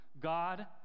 God